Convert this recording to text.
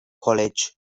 college